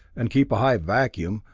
and keep a high vacuum,